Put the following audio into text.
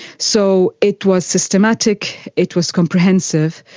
so it was systematic, it was comprehensive,